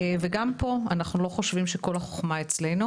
גם פה אנחנו לא חושבים שכל החוכמה אצלנו,